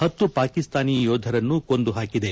ಪತ್ತು ಪಾಕಿಸ್ತಾನಿ ಯೋಧರನ್ನು ಕೊಂದು ಹಾಕಿದೆ